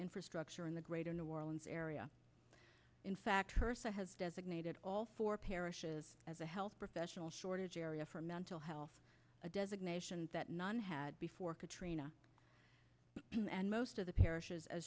infrastructure in the greater new orleans area in fact her son has designated all four parishes as a health professional shortage area for mental health a designation that none had before katrina and most of the parishes a